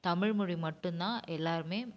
தமிழ் மொழி மட்டும் தான் எல்லோருமே